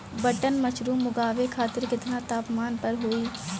Button mushroom उगावे खातिर केतना तापमान पर होई?